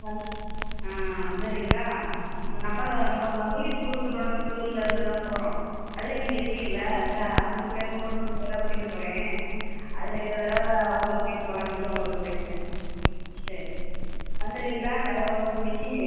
வந் ஆ வந்துடுறீங்களா அந்த நம்ம நம்ம மகளிர் குழுக்களோடய குழுவிலேருந்து தான் போகிறோம் அதில் நீங்கள் இருக்கீங்கல்ல அதுதான் நூறு பேர் நூறு நூறு பேராக கூட்டிகிட்டுப் போகிறேன் அதில் இந்த தடவை உங்களை கூட்டிகிட்டுப் போகலான்ட்டு உங்களுக்கு பேசினேங்க சரி வந்துடுறீங்களா காலையில் ஒம்பது மணிக்கு